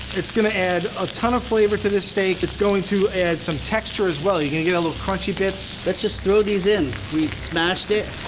it's gonna add a ton of flavor to this steak, it's going to add some texture as well. you're gonna get a little crunchy bits. let's just throw these in, we smashed it.